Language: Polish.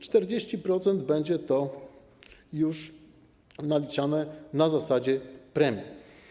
40% będzie naliczane na zasadzie premii.